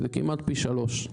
זה כמעט פי שלוש.